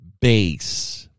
base